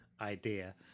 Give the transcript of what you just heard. idea